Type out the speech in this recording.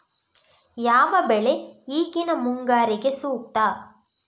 ಯಾವ ಬೆಳೆ ಈಗಿನ ಮುಂಗಾರಿಗೆ ಸೂಕ್ತ?